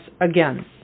again